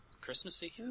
Christmassy